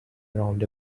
around